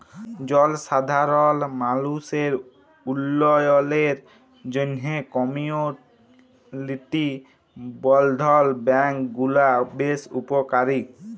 জলসাধারল মালুসের উল্ল্যয়লের জ্যনহে কমিউলিটি বলধ্ল ব্যাংক গুলা বেশ উপকারী